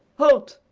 halt!